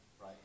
Right